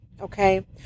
okay